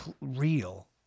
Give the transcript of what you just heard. real